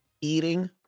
Eating